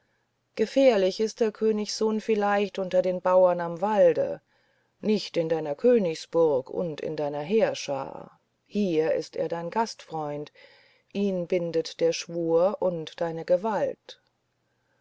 gefährlich ist der königssohn vielleicht unter den bauern am walde nicht in deiner königsburg und in deiner heerschar hier ist er dein gastfreund ihn bindet der schwur und deine gewalt